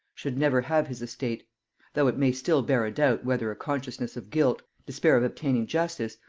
should never have his estate though it may still bear a doubt whether a consciousness of guilt, despair of obtaining justice,